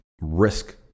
risk